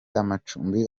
amacumbi